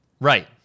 Right